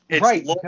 right